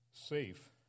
Safe